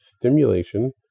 Stimulation